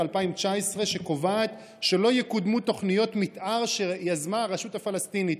2019 שקובעת שלא יקודמו תוכניות מתאר שיזמה הרשות הפלסטינית